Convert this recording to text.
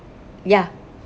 ya